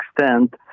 extent